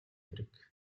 хэрэг